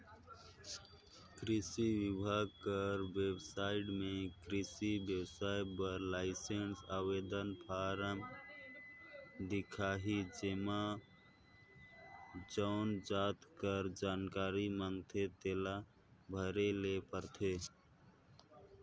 किरसी बिभाग कर बेबसाइट में किरसी बेवसाय बर लाइसेंस आवेदन फारम दिखही जेम्हां जउन जाएत कर जानकारी मांगथे तेला भरे ले होथे